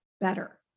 better